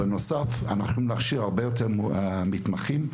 בנוסף, אנחנו מכשירים הרבה יותר מתמחים.